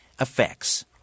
effects